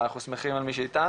אבל אנחנו שמחים על מי שאיתנו,